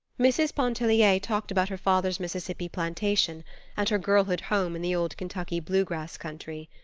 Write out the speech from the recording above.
mrs. pontellier talked about her father's mississippi plantation and her girlhood home in the old kentucky bluegrass country.